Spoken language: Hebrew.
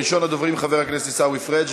ראשון הדוברים, חבר הכנסת עיסאווי פריג'.